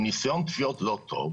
עם ניסיון תביעות לא טוב